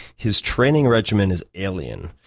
his training regimen is alien.